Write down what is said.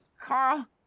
Carl